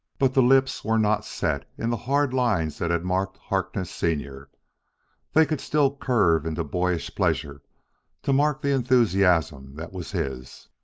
but the lips were not set in the hard lines that had marked harkness senior they could still curve into boyish pleasure to mark the enthusiasm that was his.